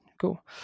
Cool